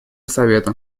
совета